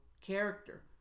character